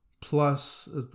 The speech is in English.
plus